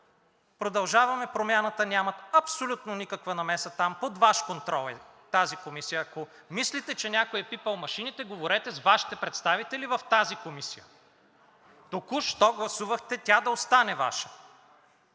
„Продължаваме Промяната“ нямат абсолютно никаква намеса там. Тази Комисия е под Ваш контрол и ако мислите, че някой е пипал машините, говорете с Вашите представители в тази комисия. Току-що гласувахте тя да остане Ваша.